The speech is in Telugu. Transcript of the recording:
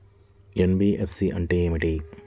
ఎన్.బీ.ఎఫ్.సి అంటే ఏమిటి?